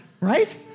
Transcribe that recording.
right